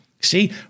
See